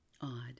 Odd